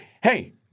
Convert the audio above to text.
hey